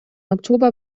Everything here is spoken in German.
oktober